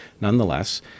nonetheless